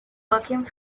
working